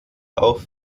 auch